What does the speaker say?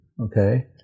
okay